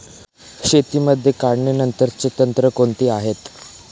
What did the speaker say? शेतीमध्ये काढणीनंतरची तंत्रे कोणती आहेत?